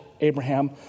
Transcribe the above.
Abraham